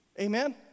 Amen